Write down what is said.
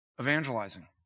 evangelizing